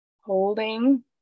holding